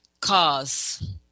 cause